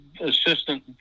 assistant